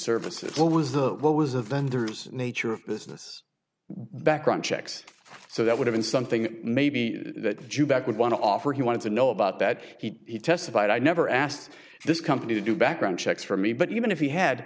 services what was the what was a vendor's nature of business background checks so that would have been something maybe that jew back would want to offer he wanted to know about that he testified i never asked this company to do background checks for me but even if he had